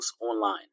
online